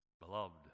Beloved